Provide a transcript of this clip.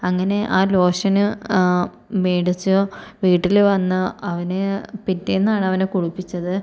അങ്ങനെ ആ ലോഷൻ മേടിച്ചു വീട്ടിൽ വന്ന് അവന് പിറ്റേന്നാണ് അവനെ കുളിപ്പിച്ചത്